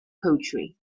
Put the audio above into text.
poetry